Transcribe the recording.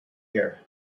here